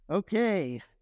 Okay